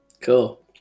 Cool